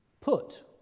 put